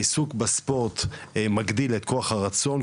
העיסוק בספורט מגביר את כוח הרצון,